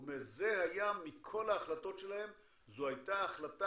הוא אומר שמכל ההחלטות שלהם זו הייתה ההחלטה